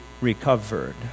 recovered